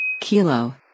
Kilo